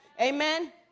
Amen